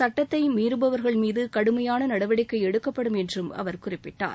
சுட்டத்தை மீறுபவர்கள் மீது கடுமையான நடவடிக்கை எடுக்கப்படும் என்று அவர் குறிப்பிட்டார்